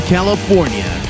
California